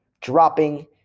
dropping